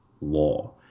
law